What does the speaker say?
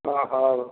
ହଁ ହଉ